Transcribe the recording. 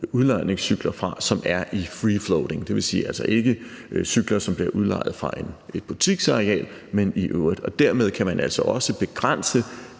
udlejningscykler, som er i free floating, dvs. ikke cykler, som bliver udlejet fra et butiksareal, men i øvrigt, og dermed kan man altså også begrænse